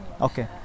okay